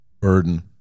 burden